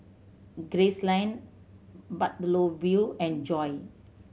Gracelyn Bartholomew and Joye